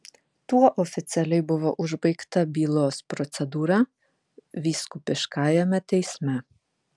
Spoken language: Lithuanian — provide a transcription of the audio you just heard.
tuo oficialiai buvo užbaigta bylos procedūra vyskupiškajame teisme